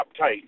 uptight